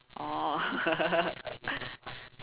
oh